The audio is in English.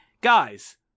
guys